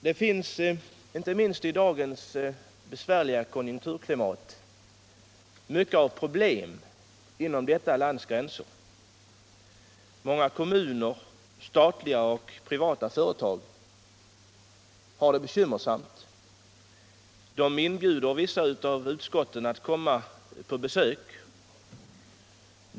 Det finns inte minst i dagens besvärliga konjunkturklimat mycket av problem inom vårt lands gränser. Många kommuner liksom statliga och privata företag har det bekymmersamt, och de inbjuder ibland vissa av utskotten att komma på besök.